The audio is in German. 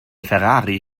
ferrari